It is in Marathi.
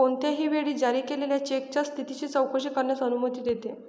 कोणत्याही वेळी जारी केलेल्या चेकच्या स्थितीची चौकशी करण्यास अनुमती देते